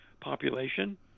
population